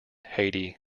haiti